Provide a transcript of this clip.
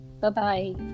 bye-bye